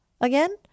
again